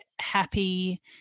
happy